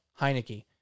Heineke